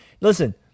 Listen